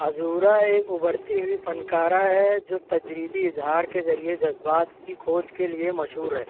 عذورا ایک ابھرتی ہوئی فنکارہ ہے جو تجریدی اظہار کے ذریعے جذبات کی کھوج کے لئے مشہور ہے